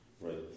Right